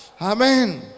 amen